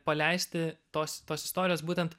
paleisti tos tos istorijos būtent